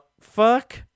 fuck